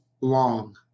long